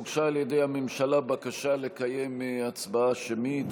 הוגשה על ידי הממשלה בקשה לקיים הצבעה שמית,